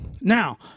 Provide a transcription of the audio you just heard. Now